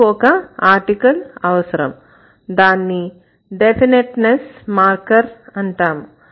మీకు ఒక ఆర్టికల్ అవసరం దాన్ని డెఫినిట్ నెస్ మార్కర్ అంటాము